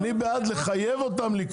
אני בעד לחייב אותם,